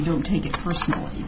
you don't take it personally